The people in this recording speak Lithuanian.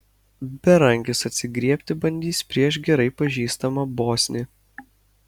berankis atsigriebti bandys prieš gerai pažįstamą bosnį